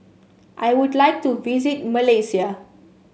I would like to visit Malaysia